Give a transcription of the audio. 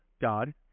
God